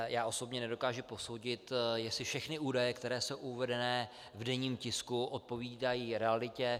Já osobně nedokážu posoudit, jestli všechny údaje, které jsou uvedeny v denní tisku, odpovídají realitě.